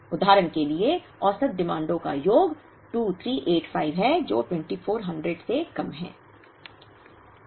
उदाहरण के लिए औसत माँगों का योग 2385 है जो 2400 से कम है